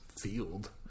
field